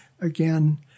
again